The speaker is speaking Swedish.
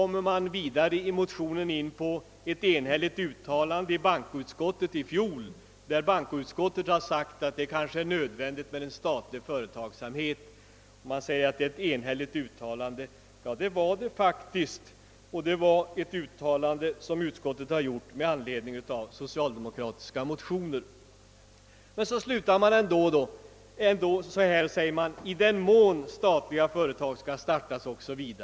Man tar vidare i motionen upp ett enhälligt uttalande från bankoutskottet i fjol, där utskottet skrev att det kanske är nödvändigt med en statlig företagsamhet i Norrland. Det var faktiskt fråga om ett enhälligt uttalande från bankoutskottet, och det hade gjorts med anledning av socialdemokratiska motioner. Trots detta avslutar man emellertid skrivningen med formuleringen »I den mån» — jag understryker detta — »statliga företag skall startas i Norrland ———».